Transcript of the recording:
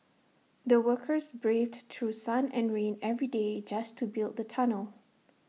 the workers braved through sun and rain every day just to build the tunnel